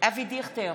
אבי דיכטר,